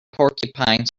porcupine